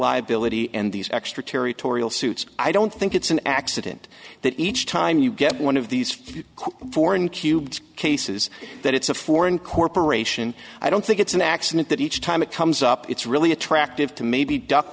liability and these extraterritorial suits i don't think it's an accident that each time you get one of these foreign cubed cases that it's a foreign corporation i don't think it's an accident that each time it comes up it's really attractive to maybe duck